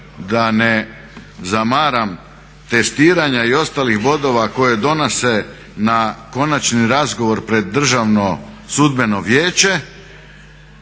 da ne zamaram testiranja i ostalih bodova koje donosi na konačni razgovor pred Državno sudbeno vijeće,